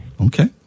Okay